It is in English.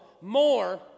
more